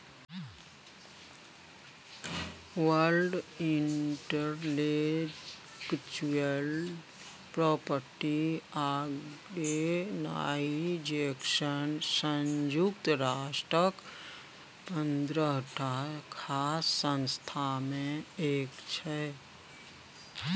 world intellectual property organisation संयुक्त राष्ट्रक पंद्रहटा खास संस्था मे एक छै